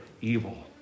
evil